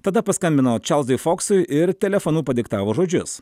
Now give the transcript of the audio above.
tada paskambino čarlzui foksui ir telefonu padiktavo žodžius